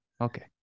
Okay